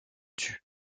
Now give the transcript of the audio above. tue